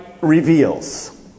reveals